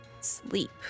sleep